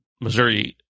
Missouri